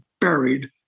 buried